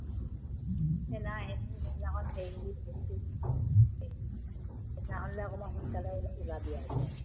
সেই নাই সেইবোৰ সেইদিনাখন হেৰি কৰি হেৰি কৰি দিবি এই সেইদিনাখনলে অকণমান সোনকালে ওলাবি আৰু একদম